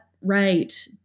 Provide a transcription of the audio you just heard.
right